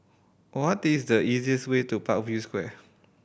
what is the easiest way to Parkview Square